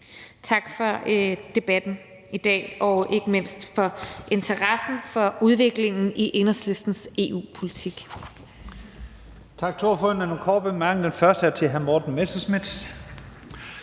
Tak for debatten i dag og ikke mindst for interessen for udviklingen i Enhedslistens EU-politik.